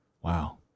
wow